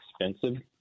expensive